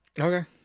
Okay